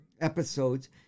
episodes